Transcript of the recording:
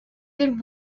than